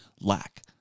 lack